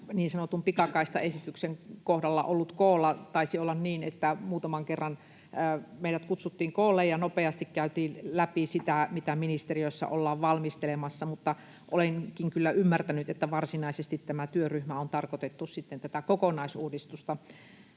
niin sanotun pikakaistaesityksen kohdalla ollut koolla. Taisi olla niin, että muutaman kerran meidät kutsuttiin koolle ja nopeasti käytiin läpi sitä, mitä ministeriössä ollaan valmistelemassa, mutta olenkin kyllä ymmärtänyt, että varsinaisesti tämä työryhmä on tarkoitettu kokonaisuudistusta